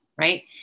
right